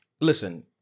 Listen